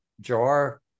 jar